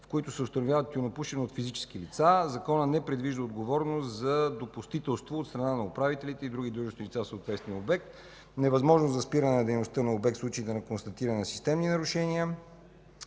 в които се установява тютюнопушене от физически лица. Законът не предвижда отговорност за допустителство от страна на управителите и други длъжностни лица в съответния обект; невъзможност за спиране дейността на обект в случаите на констатиране на системни нарушения,